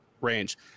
range